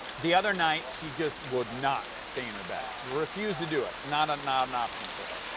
the other night, she just would not stay in her bed. refused to do it. not not an option for her.